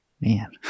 man